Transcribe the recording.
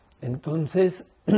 Entonces